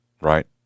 Right